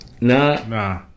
Nah